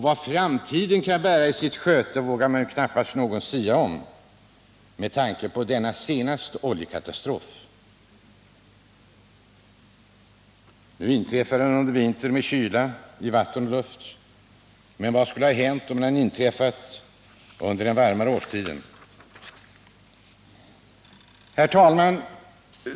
Vad framtiden kan bära i sitt sköte vågar knappast någon sia om med tanke på den senaste oljekatastrofen. Nu inträffade den under vintern, med kyla i vatten och luft, men vad skulle ha hänt om den inträffat under den varmare årstiden? Herr talman!